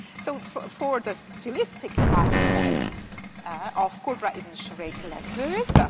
so for for the stylistic aspects of qurra ibn sharik letters,